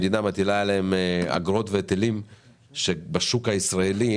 המדינה מטילה עליהם אגרות והיטלים שבשוק הישראלי,